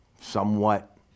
somewhat